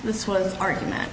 this was argument